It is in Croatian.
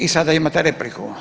I sada imate repliku.